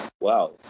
wow